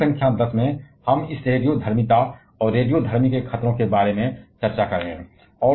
module संख्या 10 में हम इस रेडियोधर्मिता और रेडियोधर्मी खतरनाक के बारे में चर्चा करेंगे